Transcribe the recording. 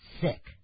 sick